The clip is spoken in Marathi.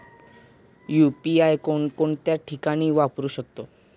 यु.पी.आय कोणकोणत्या ठिकाणी वापरू शकतो?